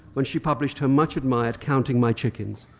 when she published her much-admired counting my chickens.